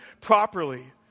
properly